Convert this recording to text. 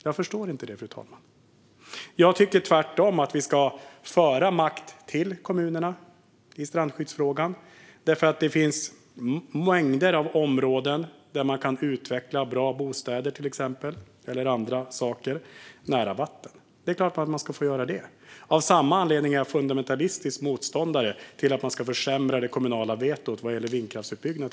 Jag förstår inte detta, fru talman. Jag tycker tvärtom att vi ska föra makt till kommunerna i strandskyddsfrågan. Det finns mängder av områden där man kan utveckla till exempel bra bostäder eller andra saker nära vatten. Det är klart att man ska få göra det. Av samma anledning är jag fundamentalistisk motståndare till att man ska försämra det kommunala vetot vad gäller vindkraftsutbyggnad.